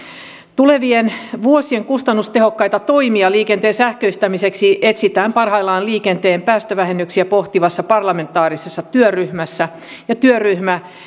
tulevien vuosien kustannustehokkaita toimia liikenteen sähköistämiseksi etsitään parhaillaan liikenteen päästövähennyksiä pohtivassa parlamentaarisessa työryhmässä ja työryhmä